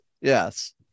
Yes